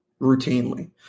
routinely